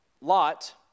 Lot